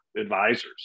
advisors